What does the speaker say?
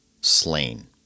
slain